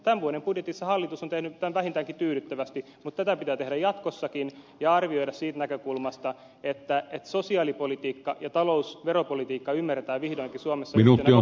tämän vuoden budjetissa hallitus on tehnyt tämän vähintäänkin tyydyttävästi mutta tätä pitää tehdä jatkossakin ja arvioida siitä näkökulmasta että sosiaalipolitiikka ja talous veropolitiikka ymmärretään vihdoinkin suomessa yhtenä kokonaisuutena